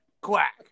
Quack